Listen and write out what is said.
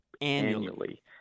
annually